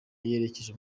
yerekeje